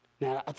now